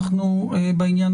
בעניין